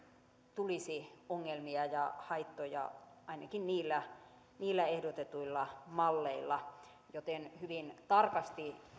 tulisi ongelmia ja haittoja ainakin niillä niillä ehdotetuilla malleilla joten hyvin tarkasti